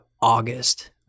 August